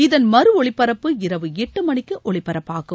இதன் மறு ஒலிபரப்பு இரவு எட்டு மணிக்கு ஒலிபரப்பாகும்